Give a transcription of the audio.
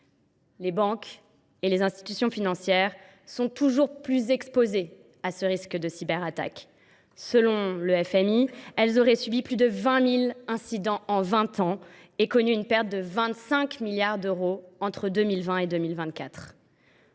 Les banques et les institutions financières sont toujours plus exposées au risque de cyberattaques. Selon le FMI, elles auraient subi plus de 20 000 incidents en vingt ans et connu une perte de 25 milliards d’euros entre 2020 et 2024.